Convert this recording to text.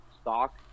stock